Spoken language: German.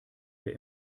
wir